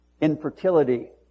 infertility